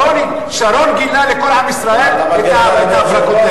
שרון גילה לכל עם ישראל את ההברקות האלה.